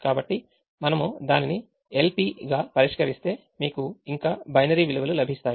కాబట్టి మనము దానిని LP గా పరిష్కరిస్తే మీకు ఇంకా బైనరీ విలువలు లభిస్తాయి